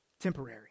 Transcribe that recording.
temporary